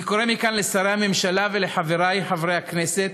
אני קורא מכאן לשרי הממשלה ולחברי חברי הכנסת,